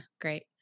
great